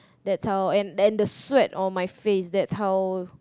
that's how and and the sweat on my face that's how